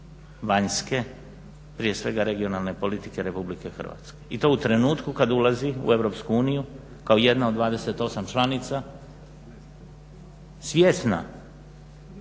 vanjske prije svega regionalne politike RH i to u trenutku kada ulazi u EU kao jedna od 28 članica, svjesna